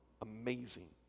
Amazing